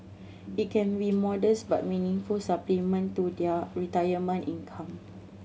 it can be modest but meaningful supplement to their retirement income